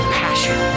passion